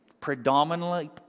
predominantly